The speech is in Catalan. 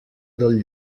del